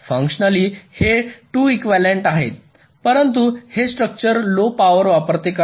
functionally हे 2 equivalent आहेत परंतु हे स्ट्रक्चर लो पावर वापरते का